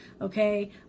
okay